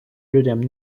людям